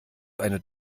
eine